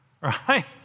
Right